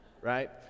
right